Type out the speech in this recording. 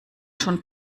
schon